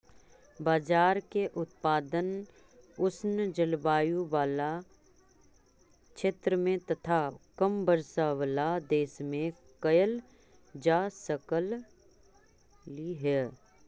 बाजरा के उत्पादन उष्ण जलवायु बला क्षेत्र में तथा कम वर्षा बला क्षेत्र में कयल जा सकलई हे